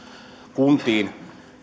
kuntiin